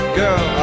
girl